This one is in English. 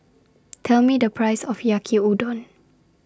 Tell Me The Price of Yaki Udon